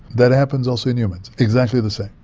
that happens also in humans, exactly the same.